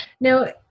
Now